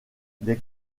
des